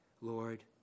Lord